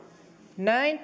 näin